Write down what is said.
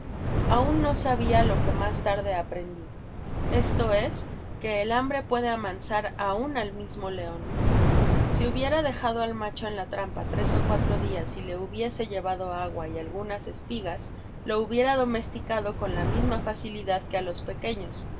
aun no sabia lo que mas tarde aprendi esto es que el hambre puede amansar aun al mismo leon si hubiera dejado al macho en la trampa tres ó cuatro dias y le hubiese llevado agua y algunas espigas lo hubiera domesticado con la misma facilidad que á los pequefics